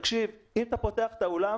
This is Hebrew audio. אם אתה פותח את האולם,